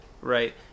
right